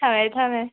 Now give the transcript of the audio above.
ꯊꯝꯃꯦ ꯊꯝꯃꯦ